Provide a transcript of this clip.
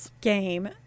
game